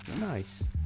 Nice